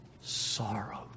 Sorrow